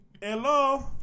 Hello